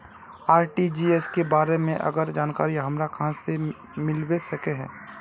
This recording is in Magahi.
आर.टी.जी.एस के बारे में आर जानकारी हमरा कहाँ से मिलबे सके है?